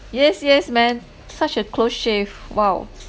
yes yes man such a close shave !wow!